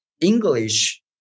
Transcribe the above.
English